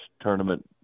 tournament